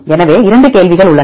எனவே 2 கேள்விகள் உள்ளன